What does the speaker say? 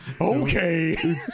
Okay